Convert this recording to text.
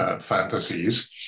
fantasies